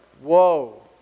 whoa